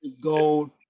gold